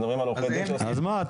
אז מה?